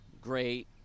great